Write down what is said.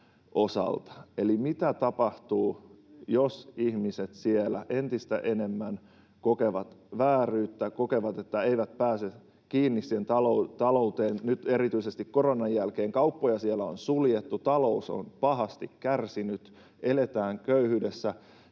eli mitä tapahtuu, jos ihmiset siellä entistä enemmän kokevat vääryyttä, kokevat, että eivät pääse kiinni siihen talouteen? Nyt erityisesti koronan jälkeen kauppoja siellä on suljettu, talous on pahasti kärsinyt, eletään köyhyydessä.